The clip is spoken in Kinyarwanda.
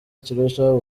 kirushaho